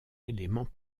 élément